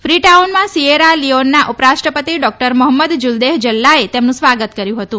fee ટાઉનમાં Sierra લિઓનના ઉપ રાષ્ટ્રપતિ ડોક્ટર મોફમ્મદ જુલ્દેફ જલ્લાએ તેમનું સ્વાગત કર્યું હતું